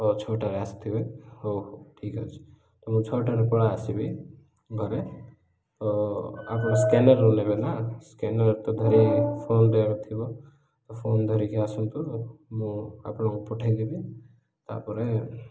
ହଉ ଛଅଟାରେ ଆସିଥିବେ ହଉ ହଉ ଠିକ ଅଛି ତ ମୁଁ ଛଅଟାରେ ପଳା ଆସିବି ଘରେ ତ ଆପଣ ସ୍କାନର ନେବେ ନା ସ୍କାନର ତ ଧରି ଫୋନରେ ଆକା ଥିବ ଫୋନ ଧରିକି ଆସନ୍ତୁ ମୁଁ ଆପଣଙ୍କୁ ପଠେଇଦେବି ତା'ପରେ